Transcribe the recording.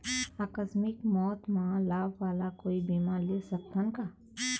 आकस मिक मौत म लाभ वाला कोई बीमा ले सकथन का?